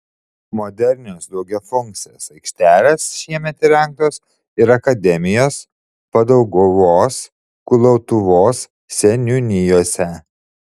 modernios daugiafunkcės aikštelės šiemet įrengtos ir akademijos padauguvos kulautuvos seniūnijose